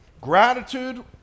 Gratitude